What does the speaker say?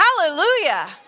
Hallelujah